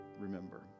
remember